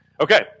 Okay